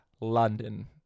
London